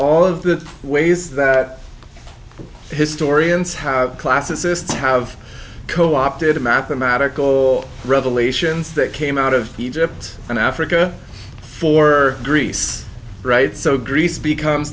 all of the ways that historians have classicists have co opted a mathematical revelations that came out of egypt and africa for greece right so greece become